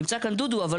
נמצא כאן דודו,